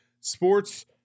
Sports